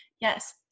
yes